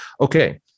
Okay